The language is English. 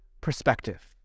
perspective